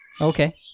Okay